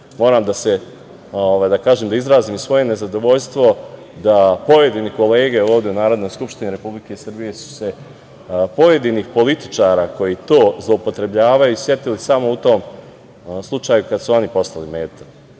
obračun. Takođe, moram da izrazim svoje nezadovoljstvo da pojedine kolege ovde u Narodnoj skupštini Republike Srbije su se pojedinih političara koji to zloupotrebljavaju, setili samo u tom slučaju kada su oni postali meta.